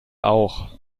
auch